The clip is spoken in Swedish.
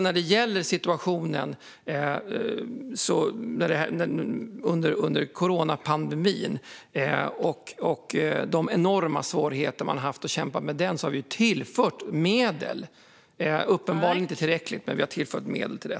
När det gäller coronapandemin och de enorma svårigheterna med att kämpa med den har vi tillfört medel. Det är uppenbarligen inte tillräckligt, men vi har tillfört medel till det.